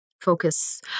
focus